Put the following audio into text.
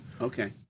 Okay